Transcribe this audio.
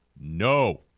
No